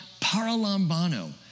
paralambano